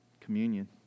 communion